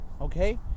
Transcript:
Okay